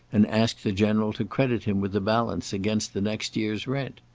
and asked the general to credit him with the balance against the next year's rent.